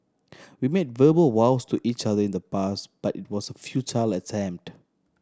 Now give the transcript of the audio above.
we made verbal vows to each other in the past but it was a futile attempt